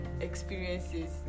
experiences